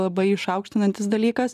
labai išaukštinantis dalykas